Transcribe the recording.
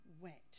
wet